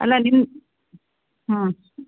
ಅಲ್ಲ ನಿಮ್ಮ ಹಾಂ